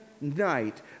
night